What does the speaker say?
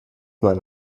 mein